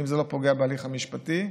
אם זה לא פוגע בהליך המשפטי.